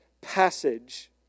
passage